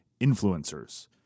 influencers